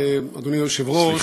אדוני היושב-ראש,